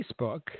Facebook